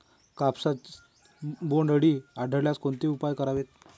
कापसात बोंडअळी आढळल्यास कोणते उपाय करावेत?